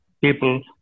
people